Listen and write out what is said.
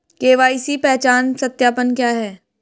KYC पहचान सत्यापन क्या है?